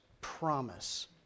promise